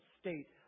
state